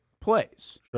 plays